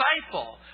disciple